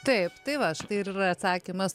taip tai va štai ir yra atsakymas